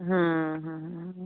हाँ हाँ हाँ हाँ